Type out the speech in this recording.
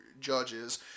judges